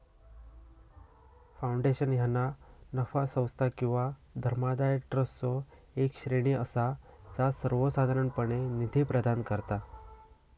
foundation ह्या ना नफा संस्था किंवा धर्मादाय ट्रस्टचो येक श्रेणी असा जा सर्वोसाधारणपणे निधी प्रदान करता